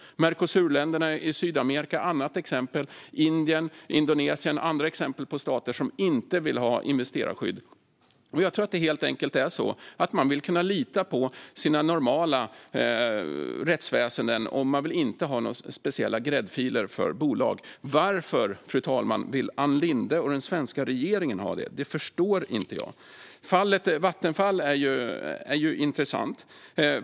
Mercosurländerna i Sydamerika är ett annat exempel. Indien och Indonesien är andra exempel på stater som inte vill ha investerarskydd. Jag tror att det helt enkelt är så att man vill kunna lita på sina normala rättsväsen. Man vill inte ha några speciella gräddfiler för bolag. Fru talman! Varför vill Ann Linde och den svenska regeringen ha det? Det förstår inte jag. Vattenfall är intressant.